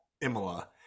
Imola